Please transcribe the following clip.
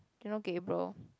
you know Gabriel